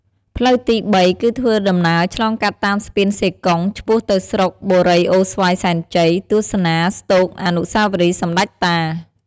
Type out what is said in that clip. ផ្លូវទី៣ គឺធ្វើដំណើរឆ្លងកាត់តាមស្ពានសេកុងឆ្ពោះទៅស្រុកបុរីអូរស្វាយសែនជ័យទស្សនាស្ដូកអានុស្សាវរីយ៍សម្ដេចតា។